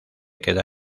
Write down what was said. queda